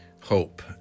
hope